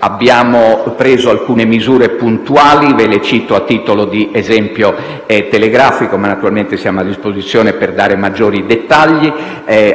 Abbiamo preso alcune misure puntuali, che cito brevemente a titolo di esempio e naturalmente siamo a disposizione per dare maggiori dettagli.